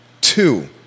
Two